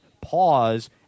pause